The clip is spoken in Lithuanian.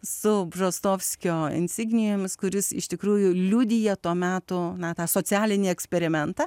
su bžostovskio insignijomis kuris iš tikrųjų liudija to meto na tą socialinį eksperimentą